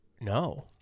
No